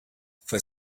for